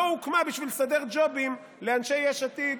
לא הוקמה בשביל לסדר ג'ובים לאנשי יש עתיד,